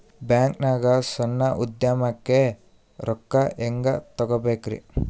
ಬ್ಯಾಂಕ್ನಾಗ ಸಣ್ಣ ಉದ್ಯಮಕ್ಕೆ ರೊಕ್ಕ ಹೆಂಗೆ ತಗೋಬೇಕ್ರಿ?